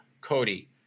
cody